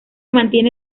mantiene